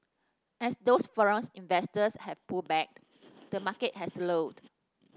as those foreign investors have pulled back the market has slowed